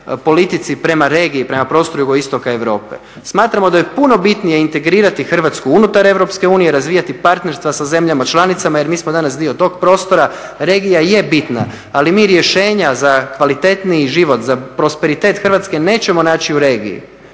politici prema regiji, prema prostoru jugoistoka Europe. Smatramo da je puno bitnije integrirati Hrvatsku unutar EU, razvijati partnerstva sa zemljama članicama jer mi smo danas dio tog prostora, regija je bitna, ali mi rješenja za kvalitetniji život, za prosperitet Hrvatske nećemo naći u regiji,